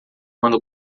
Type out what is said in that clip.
quando